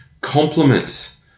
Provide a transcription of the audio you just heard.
compliments